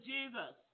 Jesus